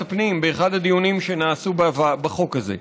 הפנים באחד הדיונים שנעשו בחוק הזה.